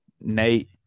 Nate